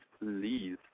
please